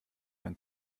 ein